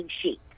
sheet